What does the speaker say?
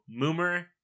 Moomer